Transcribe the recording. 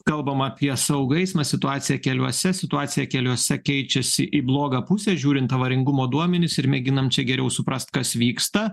kalbam apie saugų eismą situaciją keliuose situaciją keliuose keičiasi į blogą pusę žiūrint avaringumo duomenis ir mėginam čia geriau suprast kas vyksta